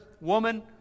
woman